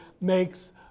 makes